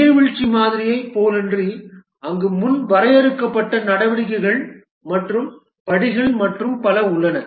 நீர்வீழ்ச்சி மாதிரியைப் போலன்றி அங்கு முன் வரையறுக்கப்பட்ட நடவடிக்கைகள் மற்றும் படிகள் மற்றும் பல உள்ளன